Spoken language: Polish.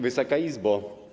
Wysoka Izbo!